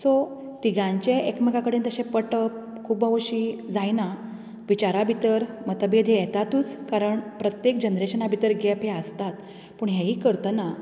so तिगायंचे एकमेकां कडेन तशे पटप खूब्ब उशीर जायना विचारा भितर मतभेद हें येतातूच कारण प्रत्येक जनरेशना भीतर गॅप हें आसतात पण ह्येयी करताना